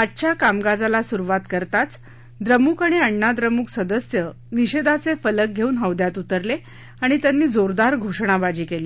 आजच्या कामकाजाला सुरुवात करताच द्रमुक आणि अण्णा द्रमुक सदस्य निषेधाचे फलक धेऊन हौद्यात उतरले आणि त्यांनी जोरदार घोषणाबाजी केली